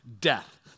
death